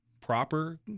proper